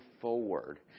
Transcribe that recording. forward